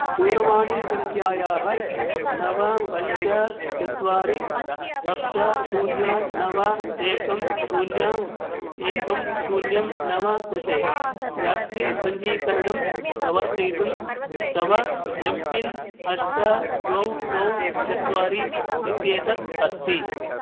दूरवाणीसङ्ख्यायाः नव पञ्च चत्वारि सप्त शून्यं नव एकं शून्यम् एकं शून्यं नव कृते व्याक्सीन् पञ्जीकरणं प्रवर्तयितुं तव एम् पिन् अष्ट द्वे द्वे चत्वारि इत्येतत् अस्ति